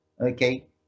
okay